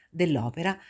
dell'opera